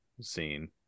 scene